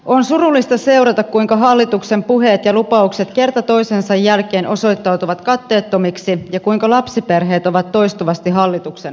on surullista seurata kuinka hallituksen puheet ja lupaukset kerta toisensa jälkeen osoittautuvat katteettomiksi ja kuinka lapsiperheet ovat toistuvasti hallituksen hampaissa